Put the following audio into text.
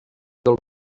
del